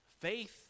Faith